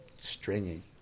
stringy